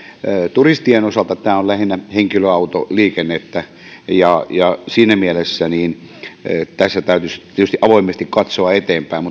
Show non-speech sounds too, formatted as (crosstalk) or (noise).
turistien osalta tämä on lähinnä henkilöautoliikennettä ja ja siinä mielessä tässä täytyisi tietysti avoimesti katsoa eteenpäin (unintelligible)